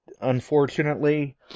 unfortunately